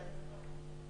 בעד